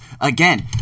again